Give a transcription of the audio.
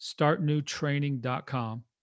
startnewtraining.com